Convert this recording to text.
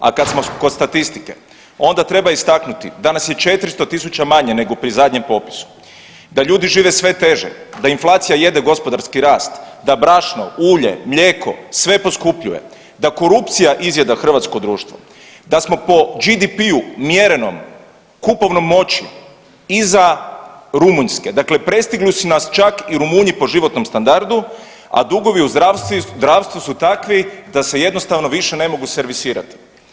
A kad smo kod statistike onda treba istaknuti da nas je 400.000 manje nego pri zadnjem popisu, da ljudi žive sve teže, da inflacija jede gospodarski rast, da brašno, ulje, mlijeko sve poskupljuje, da korupcija izjeda hrvatsko društvo, da smo po GDP-u mjerenom kupovnom moći iza Rumunjske, dakle prestigli su nas čak i Rumunji po životnom standardu, a dugovi u zdravstvu su takvi da se jednostavno više ne mogu servisirat.